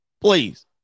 Please